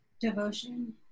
devotion